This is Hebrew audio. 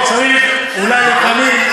צריך אולי לפעמים,